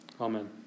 Amen